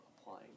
applying